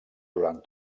durant